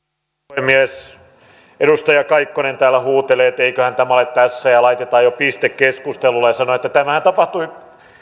puhemies edustaja kaikkonen täällä huutelee että eiköhän tämä ole tässä ja laitetaan jo piste keskustelulle ja sanoo että tämähän tapahtui